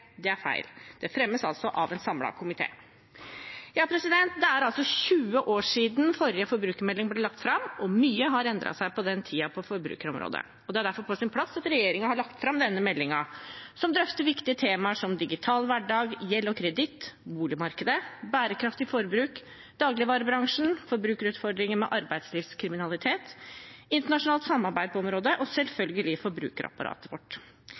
Det er feil – det fremmes av en samlet komité. Det er altså 20 år siden forrige forbrukermelding ble lagt fram, og mye har endret seg på forbrukerområdet på den tiden. Det er derfor på sin plass at regjeringen har lagt fram denne meldingen, som drøfter viktige tema som digital hverdag, gjeld og kreditt, boligmarkedet, bærekraftig forbruk, dagligvarebransjen, forbrukerutfordringer med arbeidslivskriminalitet, internasjonalt samarbeid på området og – selvfølgelig – forbrukerapparatet vårt.